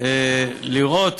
לראות